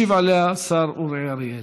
ישיב עליה השר אורי אריאל.